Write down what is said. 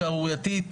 שערורייתית,